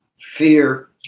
fear